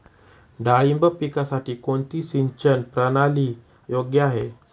डाळिंब पिकासाठी कोणती सिंचन प्रणाली योग्य आहे?